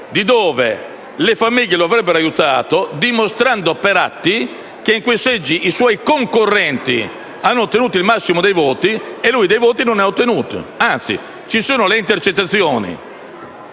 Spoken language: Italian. della 'ndrangheta lo avrebbero aiutato, dimostrando, per atti, che in quei seggi i suoi concorrenti hanno ottenuto il massimo dei voti e lui, di voti, non ne ha ottenuti. Anzi, esistono intercettazioni